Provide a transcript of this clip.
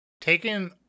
taken